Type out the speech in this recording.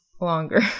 longer